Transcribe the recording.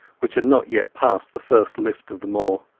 which had not yet passed the first lift of the moor.